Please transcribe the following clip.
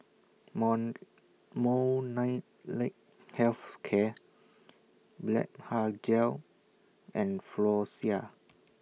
Health Care Blephagel and Floxia